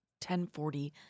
1040